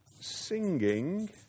singing